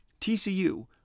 TCU